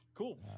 Cool